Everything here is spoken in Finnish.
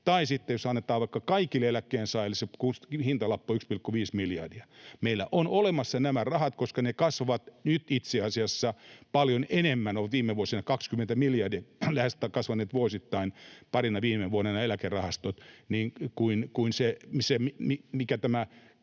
tai sitten, jos annetaan vaikka kaikille eläkkeensaajille, hintalappu on 1,5 miljardia. Meillä on olemassa nämä rahat, koska ne kasvavat nyt itse asiassa paljon enemmän — lähes 20 miljardia vuosittain parina viime vuotena ovat kasvaneet nämä eläkerahastot — kuin se, mikä tämä